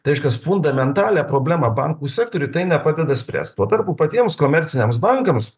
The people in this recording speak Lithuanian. tai reiškias fundamentalią problemą bankų sektoriui tai nepadeda spręst tuo tarpu patiems komerciniams bankams